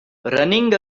running